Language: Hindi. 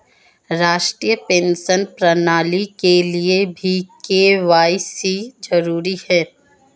राष्ट्रीय पेंशन प्रणाली के लिए भी के.वाई.सी जरूरी है